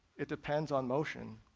it depends on motion.